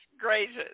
gracious